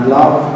love